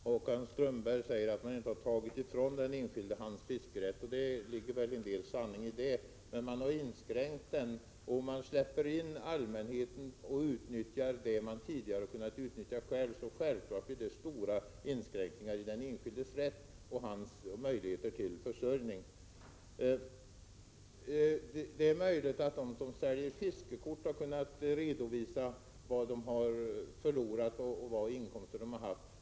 Herr talman! Håkan Strömberg säger att man inte har tagit ifrån den enskilde hans fiskerätt. Det ligger väl en del sanning i detta, men man har inskränkt fiskerätten. Allmänheten släpps in och får utnyttja vad den enskilde tidigare har fått utnyttja ensam. Självfallet har det blivit stora inskränkningar i den enskildes rätt och försämrade möjligheter till försörjning. Det är möjligt att de som sålt fiskekort har kunnat redovisa sina inkomster och därför också kan tala om hur mycket de har förlorat.